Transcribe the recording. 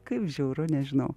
kaip žiauru nežinau